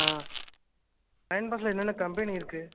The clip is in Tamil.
ஆ அயன் பாக்ஸ்சில் என்னென்ன கம்பெனி இருக்குது